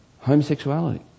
homosexuality